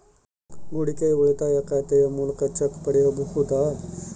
ಹೂಡಿಕೆಯ ಉಳಿತಾಯ ಖಾತೆಯ ಮೂಲಕ ಚೆಕ್ ಪಡೆಯಬಹುದಾ?